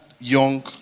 young